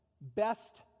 best